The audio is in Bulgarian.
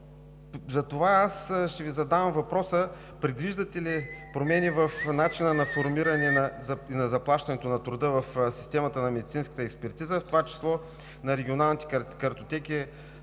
Затова ще Ви задам въпроса: предвиждате ли промени в начина на формиране на заплащането на труда в системата на медицинската експертиза, в това число на регионалните картотеки